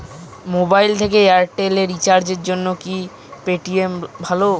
Mobile থেকে Airtel এ রিচার্জের জন্য কি পেটিএম ভালো?